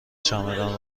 چمدان